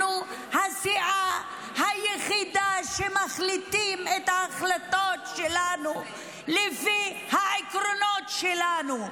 אנחנו הסיעה היחידה שמחליטה את ההחלטות שלנו לפי העקרונות שלנו,